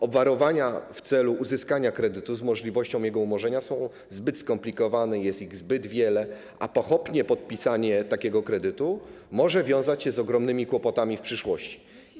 Obwarowania w celu uzyskania kredytu z możliwością jego umorzenia są zbyt skomplikowane i jest ich zbyt wiele, a pochopne podpisanie takiego kredytu może wiązać się z ogromnymi kłopotami w przyszłości.